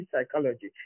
psychology